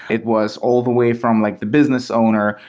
it was all the way from like the business owner,